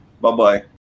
Bye-bye